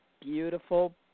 beautiful